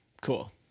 cool